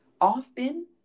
often